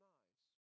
eyes